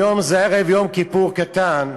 היום זה ערב יום כיפור קטן.